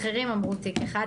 אחרים אמרו תיק אחד,